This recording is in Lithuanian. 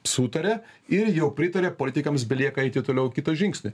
sutaria ir jau pritaria politikams belieka eiti toliau kitą žingsnį